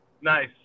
Nice